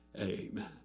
Amen